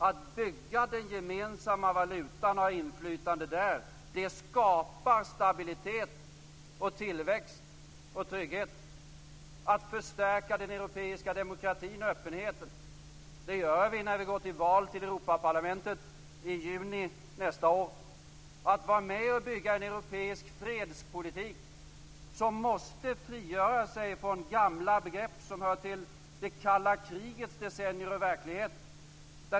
Att bygga den gemensamma valutan och att ha inflytande skapar stabilitet, tillväxt och trygghet. Vi förstärker den europeiska demokratin och öppenheten när vi går till val till Europaparlamentet i juni nästa år. För att vara med och bygga en europeisk fredspolitik måste man frigöra sig från gamla begrepp som hör till det kalla krigets decennier och verklighet.